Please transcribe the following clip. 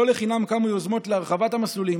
לא לחינם קמו יוזמות להרחבת המסלולים.